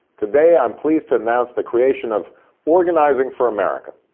today i'm pleased to announce the creation of organising for america,